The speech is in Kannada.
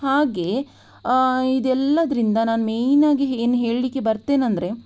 ಹಾಗೆ ಇದೆಲ್ಲದರಿಂದ ನಾನು ಮೇಯ್ನ್ ಆಗಿ ಏನು ಹೇಳಲಿಕ್ಕೆ ಬರ್ತೇನೆಂದರೆ